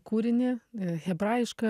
kūrinį hebrajiška